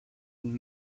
and